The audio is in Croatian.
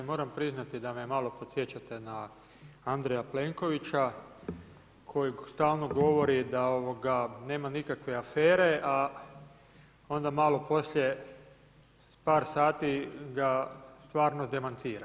Moram priznati da me malo podsjećate na Andreja Plenkovića koji stalno govori da nema nikakve afere, a onda malo poslije par sati ga stvarnost demantira.